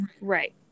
Right